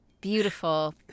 beautiful